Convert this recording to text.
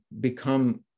become